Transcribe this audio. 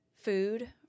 food